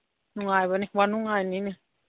ꯅꯨꯡꯉꯥꯏꯕꯅꯤ ꯋꯥꯅꯨꯡꯉꯥꯏꯅꯤꯅꯦ